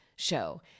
Show